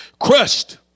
crushed